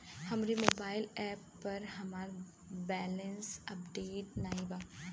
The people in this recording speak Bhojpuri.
हमरे मोबाइल एप पर हमार बैलैंस अपडेट नाई बा